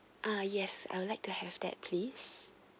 ah yes I'd like to have that please